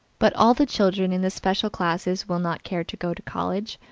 but all the children in the special classes will not care to go to college,